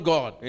God